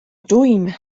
dwym